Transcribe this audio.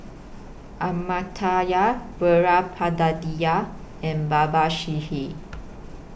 Amartya and